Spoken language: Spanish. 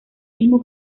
mismo